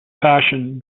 passion